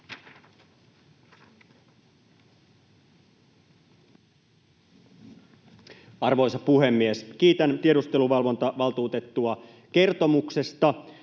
Arvoisa puhemies! Kiitän tiedusteluvalvontavaltuutettua kertomuksesta,